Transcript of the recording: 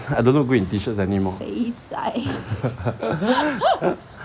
I don't look great in t-shirts anymore go